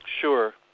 Sure